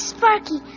Sparky